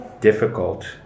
difficult